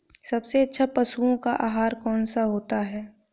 सबसे अच्छा पशुओं का आहार कौन सा होता है?